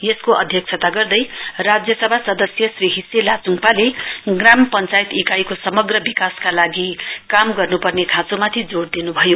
यसको अध्यक्षता गर्दै राज्यसभा सदस्य श्री हिस्से लाच्ङपाले ग्राम पञ्चायत इकाईको समग्र विकासका लागि काम गर्न्पर्ने खाँचोमाथि जोड़ दिन्भयो